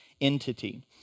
entity